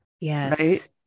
Yes